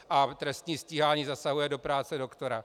A trestní stíhání zasahuje do práce doktora.